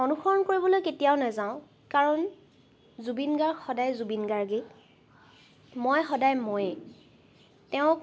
অনুসৰণ কৰিবলৈ কেতিয়াও নাযাওঁ কাৰণ জুবিন গাৰ্গ সদায় জুবিন গাৰ্গেই মই সদায় মইয়েই তেওঁক